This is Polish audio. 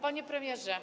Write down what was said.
Panie Premierze!